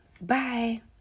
Bye